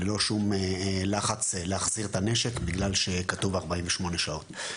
ללא שום לחץ להחזיר את הנשק בגלל שכתוב 48 שעות.